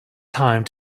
time